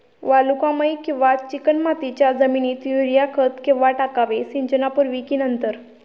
वालुकामय किंवा चिकणमातीच्या जमिनीत युरिया खत केव्हा टाकावे, सिंचनापूर्वी की नंतर?